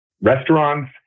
Restaurants